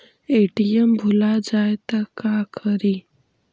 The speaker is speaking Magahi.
ए.टी.एम भुला जाये त का करि?